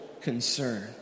concern